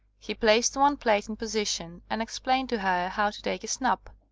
he placed one plate in position, and explained to her how to take a snap.